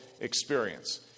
experience